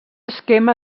esquema